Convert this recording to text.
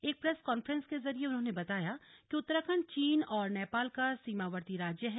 एक press conference के जरिए उन्होंने बताया कि उत्तराखंड चीन और नेपाल का सीमावर्ती राज्य है